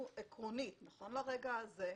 אנחנו עקרונית, נכון לרגע זה,